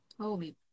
holy